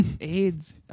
aids